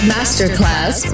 Masterclass